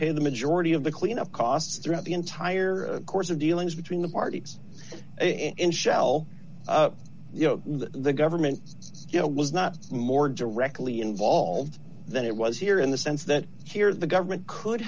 pay the majority of the cleanup costs throughout the entire course of dealings between the parties in shell you know that the government was not more directly involved than it was here in the sense that here the government could